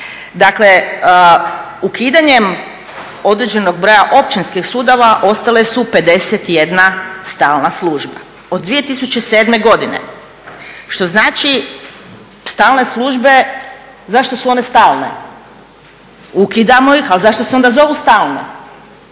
Dakle, ukidanjem određenog broja općinskih sudova ostale su 51 stalna služba od 2007. godine. Što znači stalne službe, zašto su one stalne? Ukidamo ih, ali zašto se onda zovu stalne?